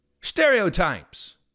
stereotypes